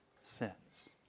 sins